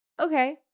Okay